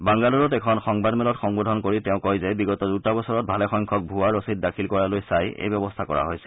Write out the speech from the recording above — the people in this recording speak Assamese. বাংগালুৰুত এখন সংবাদমেলক সম্নোধন কৰি তেওঁ কয় যে বিগত দুটা বছৰত ভালেসংখ্যক ভুৱা ৰচিদ দাখিল কৰালৈ চাই এই ব্যৱস্থা গ্ৰহণ কৰা হৈছে